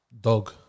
Dog